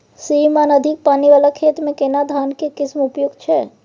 श्रीमान अधिक पानी वाला खेत में केना धान के किस्म उपयुक्त छैय?